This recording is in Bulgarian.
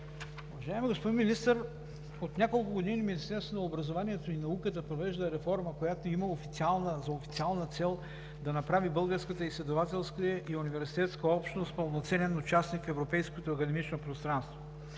Уважаеми господин Министър, от няколко години Министерството на образованието и науката провежда реформа, която има за официална цел да направи българската изследователска и университетска общност пълноценен участник в европейското академично пространство.